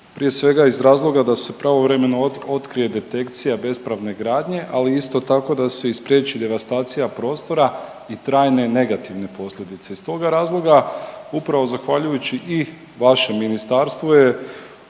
Prije svega, iz razloga da se pravovremeno otkrije detekcija bespravne gradnje, ali isto tako da se i spriječi devastacija prostora i trajne negativne posljedice. Iz toga razloga upravo zahvaljujući i vašem Ministarstvu